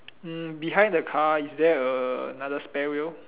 mm behind the car is there a another spare wheel